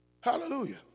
Hallelujah